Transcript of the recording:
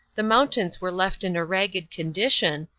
the mountains were left in a ragged condition,